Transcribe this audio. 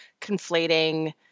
conflating